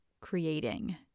creating